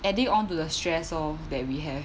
adding onto the stress oh that we have